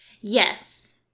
Yes